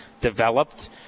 developed